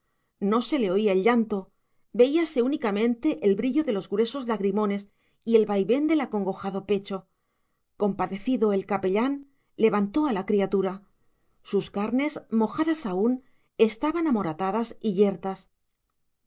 no se le oía el llanto veíase únicamente el brillo de los gruesos lagrimones y el vaivén del acongojado pecho compadecido el capellán levantó a la criatura sus carnes mojadas aún estaban amoratadas y yertas